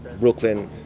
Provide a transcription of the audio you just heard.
Brooklyn